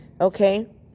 okay